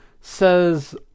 says